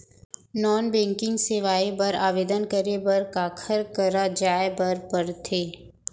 non banking सेवाएं बर आवेदन करे बर काखर करा जाए बर परथे